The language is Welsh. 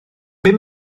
bum